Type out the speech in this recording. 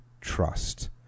trust